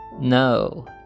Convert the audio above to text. No